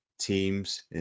teams